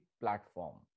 platform